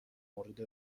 مورد